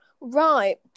Right